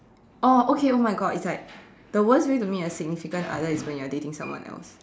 oh okay oh my God it's like the worst way to meet your significant other is when you are dating someone else